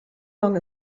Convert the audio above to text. long